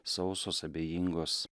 sausos abejingos